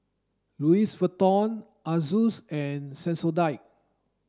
Louis Vuitton Asus and Sensodyne